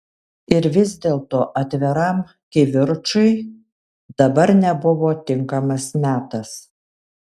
ir vis dėlto atviram kivirčui dabar nebuvo tinkamas metas